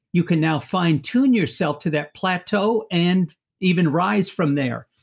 you can now fine tune yourself to that plateau, and even rise from there.